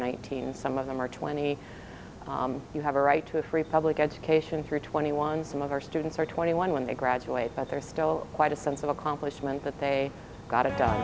nineteen some of them are twenty you have a right to a free public education for twenty one some of our students are twenty one when they graduate but they're still quite a sense of accomplishment that they got